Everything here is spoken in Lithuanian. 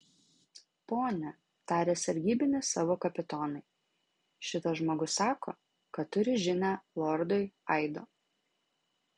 pone tarė sargybinis savo kapitonui šitas žmogus sako kad turi žinią lordui aido